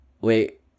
Wait